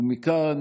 מכאן,